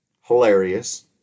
hilarious